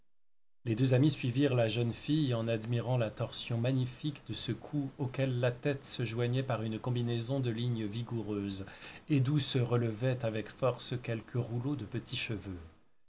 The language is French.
les deux amis suivirent la jeune fille en admirant la torsion magnifique de ce cou auquel la tête se joignait par une combinaison de lignes vigoureuses et d'où se relevaient avec force quelques rouleaux de petits cheveux